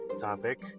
topic